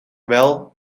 wel